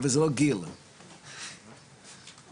וגם בסכום שבסוף החודש מופיע בתלוש